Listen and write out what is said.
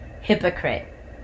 Hypocrite